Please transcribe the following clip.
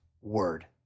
word